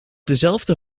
dezelfde